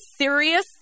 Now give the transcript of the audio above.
serious